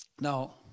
Now